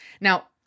Now